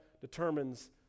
determines